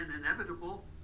inevitable